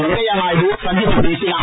வெங்கையா நாயுடு சந்தித்துப் பேசினார்